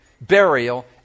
burial